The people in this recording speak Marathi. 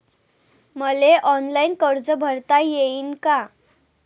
मले ऑनलाईन कर्ज भरता येईन का?